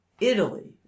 Italy